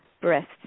breast